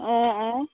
অঁ অঁ